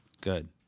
Good